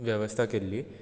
वेवस्था केल्ली